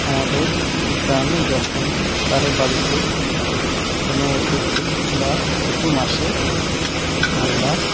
আমাদের গ্রামে যখন কারো বাড়িতে কোনো অতিথি বা কুটুম আসে আমরা